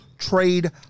Trade